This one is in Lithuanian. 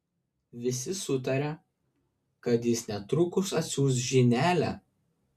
visi sutarė kad jis netrukus atsiųs žinelę